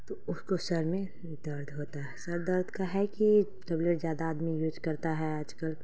تو اس کو سر میں درد ہوتا ہے سر درد کا ہے کہ ٹبلیٹ زیادہ آدمی یوز کرتا ہے آج کل